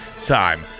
time